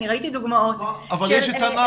אני ראיתי דוגמאות --- אבל יש את הנער,